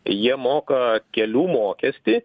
jie moka kelių mokestį